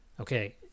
Okay